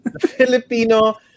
Filipino